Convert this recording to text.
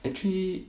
actually